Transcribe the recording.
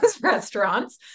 restaurants